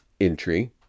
entry